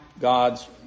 God's